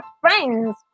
friends